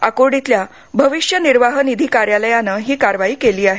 आकुर्डीतल्या भविष्य निर्वाह निधी कार्यालयाने ही कारवाई केली आहे